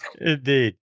indeed